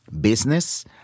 business